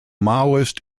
maoist